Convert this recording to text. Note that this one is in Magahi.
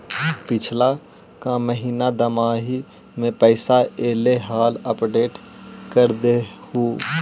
पिछला का महिना दमाहि में पैसा ऐले हाल अपडेट कर देहुन?